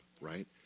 right